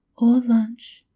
or lunch.